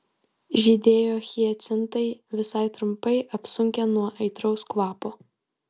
žydėjo hiacintai visai trumpai apsunkę nuo aitraus kvapo